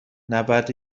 نبرد